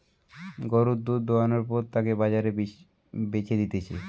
গরুর দুধ দোহানোর পর তাকে বাজারে বেচে দিতেছে